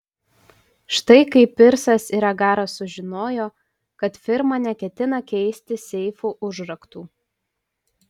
štai kaip pirsas ir agaras sužinojo kad firma neketina keisti seifų užraktų